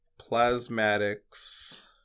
Plasmatics